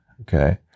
okay